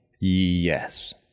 yes